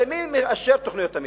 הרי מי מאשר את תוכנית המיתאר?